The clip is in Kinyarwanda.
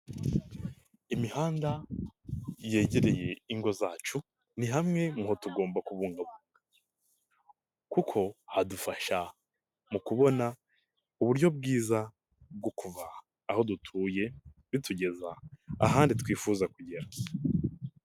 Imihanda yegereye ingo zacu ni hamwe muho tugomba kubunga, kuko hadufasha mu kubona uburyo bwiza bwo kuva aho dutuye bitugeza ahandi twifuza kugera.